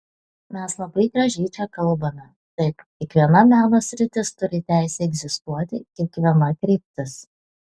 mes labai gražiai čia kalbame taip kiekviena meno sritis turi teisę egzistuoti kiekviena kryptis